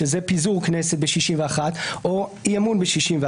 שזה פיזור כנסת ב-61 או אי-אמון ב-61.